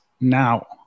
now